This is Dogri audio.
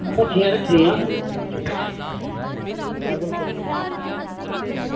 रक्खे दे रक्खे दे